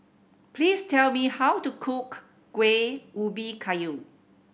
please tell me how to cook Kuih Ubi Kayu